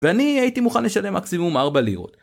ואני הייתי מוכן לשלם מקסימום 4 לירות